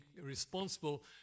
responsible